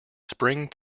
spring